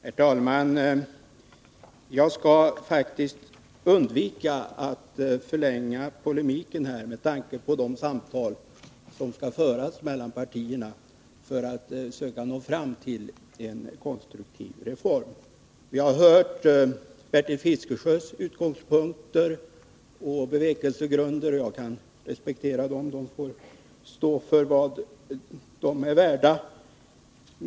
Herr talman! Jag skall undvika att förlänga polemiken med tanke på de samtal som skall föras mellan partierna för att söka nå fram till en konstruktiv reform. Jag har hört Bertil Fiskesjös utgångspunkter och bevekelsegrunder. Jag kan respektera dem — de får stå för vad de är värda.